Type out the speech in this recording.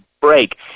break